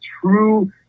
true